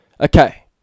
Okay